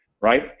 right